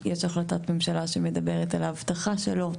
יש החלטת משמלה שמדברת על האבטחה שלו.